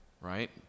right